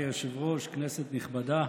אדוני היושב-ראש, כנסת נכבדה,